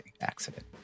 accident